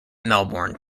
melbourne